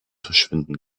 verschwinden